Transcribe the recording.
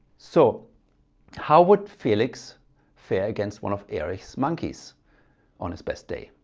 so how would feliks fare against one of erich's monkeys on his best day.